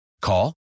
Call